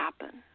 happen